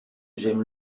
j’aime